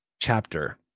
chapter